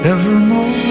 Evermore